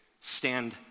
stand